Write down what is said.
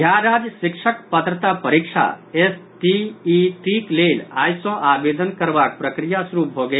बिहार राज्य शिक्षक पात्रता परीक्षा एसटीईटीक लेल आई सँ आवेदन करबाक प्रक्रिया शुरू भऽ गेल